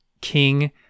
king